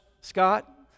Scott